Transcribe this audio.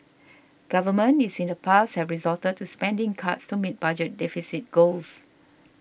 governments using in the past have resorted to spending cuts to meet budget deficit goals